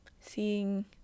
seeing